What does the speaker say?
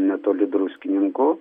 netoli druskininkų